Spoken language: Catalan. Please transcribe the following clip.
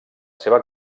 seva